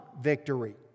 victory